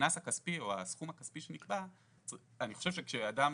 הכספי או הסכום הכספי שנקבע, אני חושב שכשאדם